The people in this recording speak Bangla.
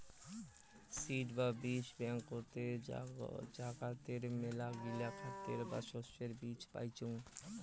সিড বা বীজ ব্যাংকতে জাগাতের মেলাগিলা খাদ্যের বা শস্যের বীজ পাইচুঙ